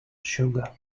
sugar